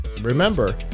Remember